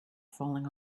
falling